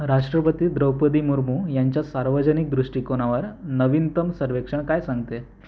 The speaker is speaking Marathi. राष्ट्रपती द्रौपदी मुर्मू यांच्या सार्वजनिक दृष्टिकोनावर नवीनतम सर्वेक्षण काय सांगते